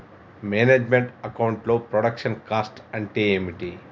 Manage meant account లో production cost అంటే ఏమిటి?